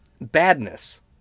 badness